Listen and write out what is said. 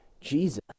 Jesus